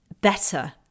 better